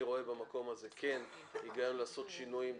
אני רואה במקום הזה כן היגיון לעשות שינויים.